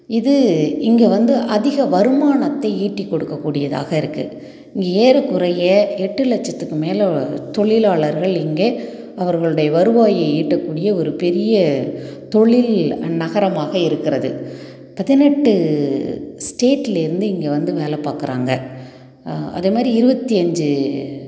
இது இங்கே வந்து அதிக வருமானத்தை ஈட்டி கொடுக்க கூடியதாக இருக்கு இங்கே ஏறக்குறைய எட்டு லட்சத்துக்கு மேலே தொழிலாளர்கள் இங்கே அவர்களுடைய வருவாய்யை ஈட்ட கூடிய ஒரு பெரிய தொழில் நகரமாக இருக்கிறது பதினெட்டு ஸ்டேட்லருந்து இங்கே வந்து வேலை பார்க்கறாங்க அதேமாதிரி இருபத்தி அஞ்சு